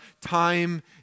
time